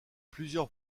plusieurs